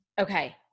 Okay